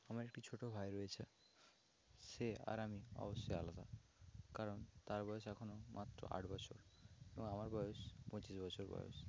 আমার একটি ছোটো ভাই রয়েছে সে আর আমি অবশ্যই আলাদা কারণ তার বয়স এখনও মাত্র আট বছর এবং আমার বয়েস পঁচিশ বছর বয়স